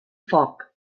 foc